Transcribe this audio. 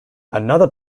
another